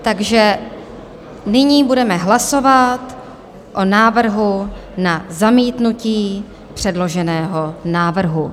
Takže nyní budeme hlasovat o návrhu na zamítnutí předloženého návrhu.